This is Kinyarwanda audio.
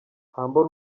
humble